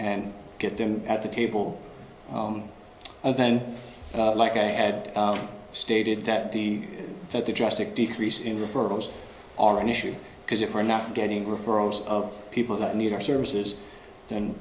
and get them at the table and then like i had stated that the that the drastic decrease in referrals are an issue because if we're not getting referrals of people that need our services then